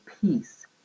peace